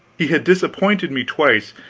he had disappointed me twice,